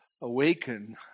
awaken